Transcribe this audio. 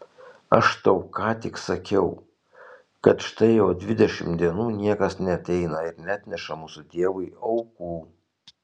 aš tau ką tik sakiau kad štai jau dvidešimt dienų niekas neateina ir neatneša mūsų dievui aukų